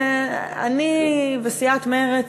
אני וסיעת מרצ,